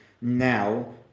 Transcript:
now